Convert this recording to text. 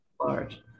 large